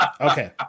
Okay